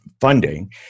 funding